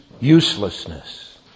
uselessness